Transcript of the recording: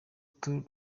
turi